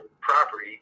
property